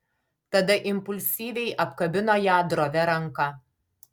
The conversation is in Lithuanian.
tada impulsyviai apkabino ją drovia ranka